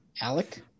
alec